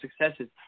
successes